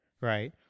right